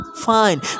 fine